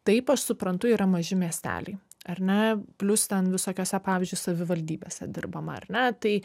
taip aš suprantu yra maži miesteliai ar ne plius ten visokiose pavyzdžiui savivaldybėse dirbama ar ne tai